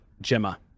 Gemma